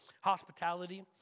Hospitality